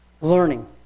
learning